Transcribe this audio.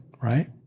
right